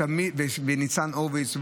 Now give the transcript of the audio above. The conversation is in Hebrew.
וניצן הורוביץ,